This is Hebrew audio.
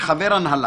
ומלהיות חבר הנהלה.